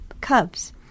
cubs